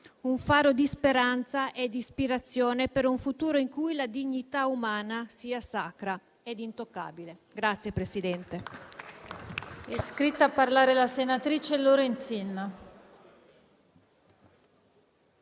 un faro di speranza e di ispirazione per un futuro in cui la dignità umana sia sacra e intoccabile.